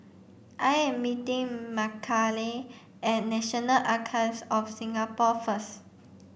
I am meeting Makayla at National Archives of Singapore first